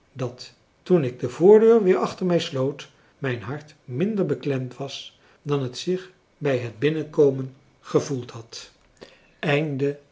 dat toen ik de voordeur weer achter mij sloot mijn hart minder beklemd was dan het zich bij het binnenkomen gevoeld had